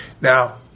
Now